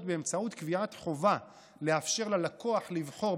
באמצעות קביעת חובה לאפשר ללקוח לבחור,